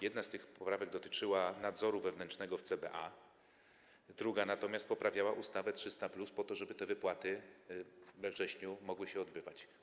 Jedna z tych poprawek dotyczyła nadzoru wewnętrznego w CBA, druga natomiast poprawiała ustawę 300+, żeby te wypłaty we wrześniu mogły się odbywać.